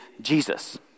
Jesus